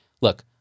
look